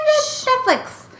Netflix